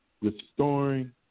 restoring